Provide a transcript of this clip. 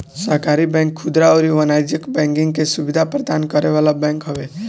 सहकारी बैंक खुदरा अउरी वाणिज्यिक बैंकिंग के सुविधा प्रदान करे वाला बैंक हवे